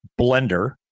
Blender